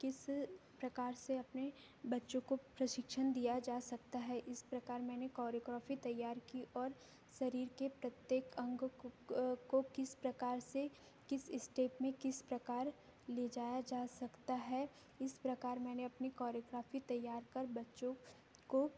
किस प्रकार से अपने बच्चों को प्रशिक्षण दिया जा सकता है इस प्रकार मैंने कोरियोग्राफी तैयार की और शरीर के प्रत्येक अंग क को किस प्रकार से किस स्टेट में किस प्रकार ले जाया जा सकता है इस प्रकार मैंने अपनी कोरियोग्राफी तैयार कर बच्चों को